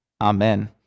amen